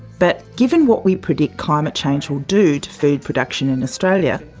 but given what we predict climate change will do to food production in australia,